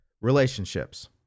relationships